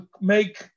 make